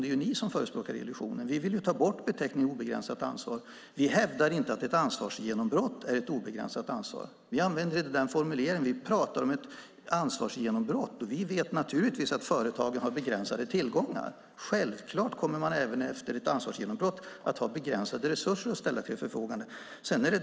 Det är ni som förespråkar illusionen. Vi vill ta bort beteckningen obegränsat ansvar. Vi hävdar inte att ett ansvarsgenombrott är ett obegränsat ansvar. Vi använder inte den formuleringen. Vi talar om ett ansvarsgenombrott. Naturligtvis vet vi att företagen har begränsade tillgångar. Självklart kommer man även efter ett ansvarsgenombrott att ha begränsade resurser att ställa till förfogande.